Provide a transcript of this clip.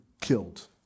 killed